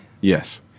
Yes